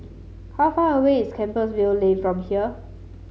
how far away is Compassvale Lane from here